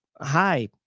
hi